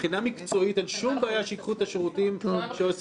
מבחינה מקצועית אין שום בעיה שייקחו את השירותים שעושים,